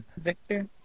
Victor